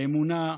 האמונה,